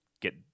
get